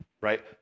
right